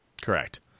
Correct